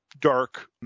dark